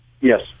Yes